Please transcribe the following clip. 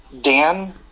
Dan